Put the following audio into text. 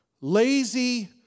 lazy